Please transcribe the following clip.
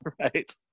right